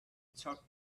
took